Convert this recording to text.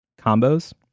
combos